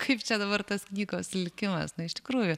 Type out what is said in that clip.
kaip čia dabar tas knygos likimas iš tikrųjų